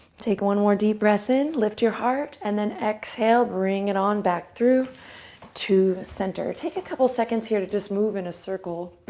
take one more deep breath in. lift your heart, and then exhale. bring it on back through to the center. take a couple seconds here to just move in a circle.